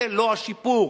זה לא השיפור.